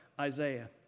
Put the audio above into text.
Isaiah